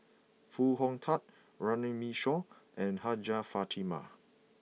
Foo Hong Tatt Runme Shaw and Hajjah Fatimah